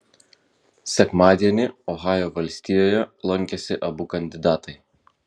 sekmadienį ohajo valstijoje lankėsi abu kandidatai